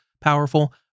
powerful